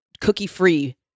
cookie-free